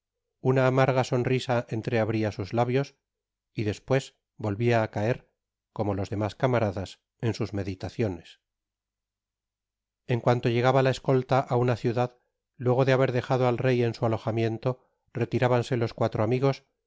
una amarga sonrisa entreabria sus labios y despues volvia á caer como los demás camaradas en sus meditaciones en cuanto llegaba la escolta á una ciudad luego de haber dejado al rey en su alojamiento rearábanse los cuatro amibos